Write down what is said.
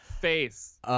Face